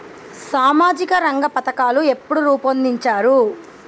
సామాజిక రంగ పథకాలు ఎప్పుడు రూపొందించారు?